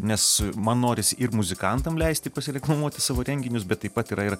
nes man norisi ir muzikantam leisti pasireklamuoti savo renginius bet taip pat yra ir